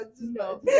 no